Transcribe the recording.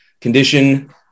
condition